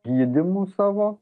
gydymu savo